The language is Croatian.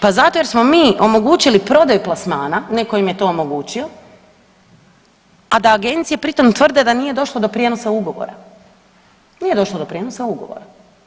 Pa zato jer smo mi omogućili prodaju plasmana, netko im je to omogućio, a da agencije pri tom tvrde da nije došlo do prijenosa ugovora, nije došlo do prijenosa ugovora.